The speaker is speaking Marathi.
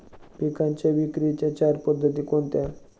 पिकांच्या विक्रीच्या चार पद्धती कोणत्या?